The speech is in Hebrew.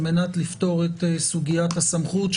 על מנת לפתור את סוגיית הסמכות,